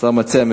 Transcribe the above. השר מציע,